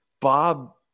Bob